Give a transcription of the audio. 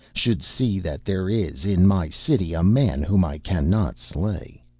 should see that there is in my city a man whom i cannot slay.